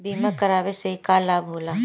बीमा करावे से का लाभ होला?